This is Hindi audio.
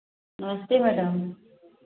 नमस्त मैडम